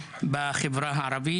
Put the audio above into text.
נציגים של מדינת ישראל באוקראינה ורוסיה.